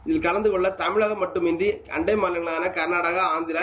இதில் கலந்து கொள்ள தமிழகம் மட்டுமன்றி அண்டை மாநிலமான கர்நாடகார ஆற்கிரா